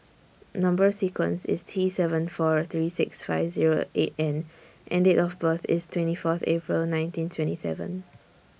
Number sequence IS T seven four three six five Zero eight N and Date of birth IS twenty Fourth April nineteen twenty seven